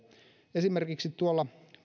esimerkiksi tuolla